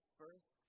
first